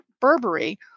Burberry